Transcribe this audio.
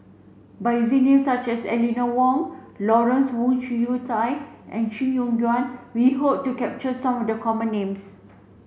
by using names such as Eleanor Wong Lawrence Wong Shyun Tsai and Chee Soon Juan we hope to capture some of the common names